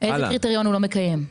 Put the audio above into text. איזה קריטריון הוא לא מקיים?